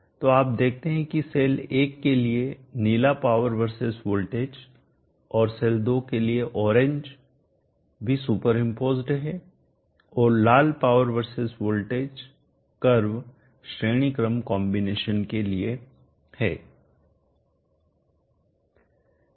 तो आप देखते हैं कि सेल 1 के लिए नीला पावर वर्सेस वोल्टेज और सेल 2 के लिए ऑरेंज भी सुपरइम्पोज्ड है और लाल पावर वर्सेस वोल्टेज कर्व श्रेणी क्रम कॉम्बिनेशन के लिए है